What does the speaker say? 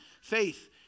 faith